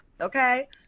okay